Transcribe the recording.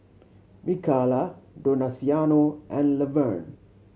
Mikala Donaciano and Levern